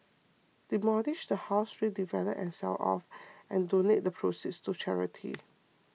demolish the house redevelop and sell off and donate the proceeds to charity